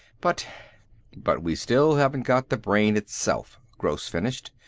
but but we still haven't got the brain itself, gross finished.